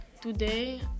today